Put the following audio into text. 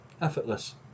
Effortless